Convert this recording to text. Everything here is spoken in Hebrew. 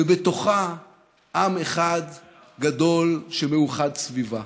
ובתוכה עם אחד גדול שמאוחד סביבה.